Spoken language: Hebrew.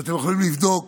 ואתם יכולים לבדוק ולשאול,